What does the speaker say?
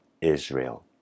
Israel